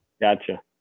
Gotcha